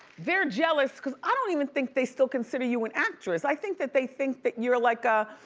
they're jealous cause i don't even think they still consider you an actress. i think that they think that you're like a,